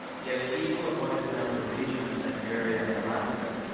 the upheaval of what is now the region of siberia and alaska,